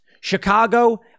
Chicago